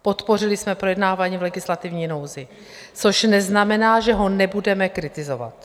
Podpořili jsme projednávání v legislativní nouzi, což neznamená, že ho nebudeme kritizovat.